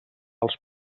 els